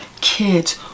kids